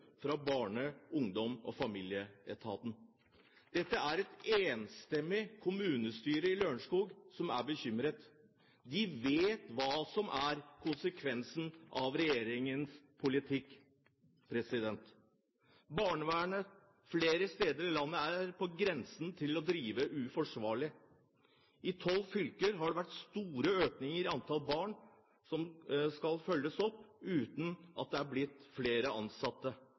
fra Barne-, ungdoms- og familieetaten. Det er et enstemmig kommunestyre i Lørenskog som er bekymret. De vet hva som er konsekvensen av regjeringens politikk. Barnevernet flere steder i landet er på grensen til å drive uforsvarlig. I tolv fylker har det vært store økninger i antall barn som skal følges opp, uten at det er blitt flere ansatte.